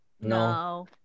No